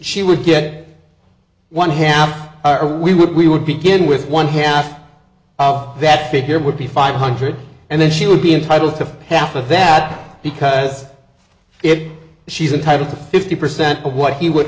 she would get one him or we would we would begin with one half of that figure would be five hundred and then she would be entitled to half of that because it she's entitled to fifty percent of what he would